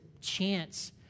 chance